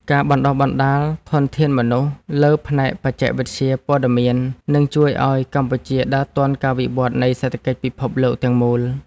ការបណ្តុះបណ្តាលធនធានមនុស្សលើផ្នែកបច្ចេកវិទ្យាព័ត៌មាននឹងជួយឱ្យកម្ពុជាដើរទាន់ការវិវត្តនៃសេដ្ឋកិច្ចពិភពលោកទាំងមូល។